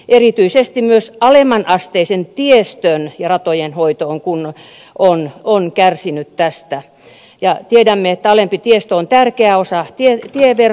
erityisesti myös alemmanasteisen tiestön ja ratojen hoito on kärsinyt tästä ja tiedämme että alempi tiestö on tärkeä osa tieverkkoa